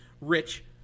Rich